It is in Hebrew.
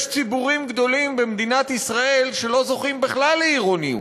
יש ציבורים גדולים במדינת ישראל שלא זוכים בכלל לעירוניות.